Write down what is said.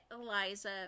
Eliza